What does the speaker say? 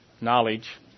Knowledge